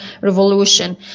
revolution